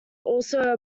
also